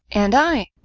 and i.